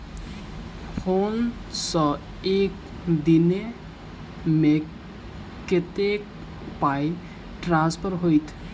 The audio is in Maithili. फोन सँ एक दिनमे कतेक पाई ट्रान्सफर होइत?